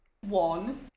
one